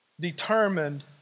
determined